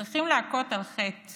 צריכים להכות על חטא